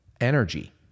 energy